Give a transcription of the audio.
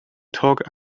talk